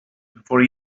before